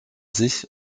sich